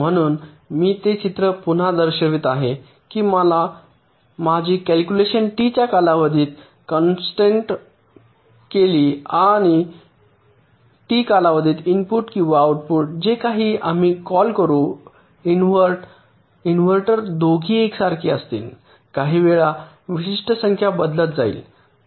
म्हणून मी ते चित्र पुन्हा दर्शवित आहे की मी माझी कॅल्क्युलेशन टी च्या कालावधीत कॉन्सन्ट्रेट केली आहे आणि टी कालावधीत इनपुट किंवा आउटपुट जे काही आम्ही कॉल करू इन्व्हर्टर दोन्ही एकसारखे असेल काही वेळा विशिष्ट संख्या बदलत जाईल